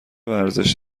ورزش